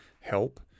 help